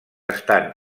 estan